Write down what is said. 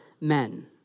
men